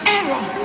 error